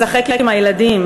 לשחק עם הילדים.